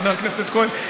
חבר הכנסת כהן,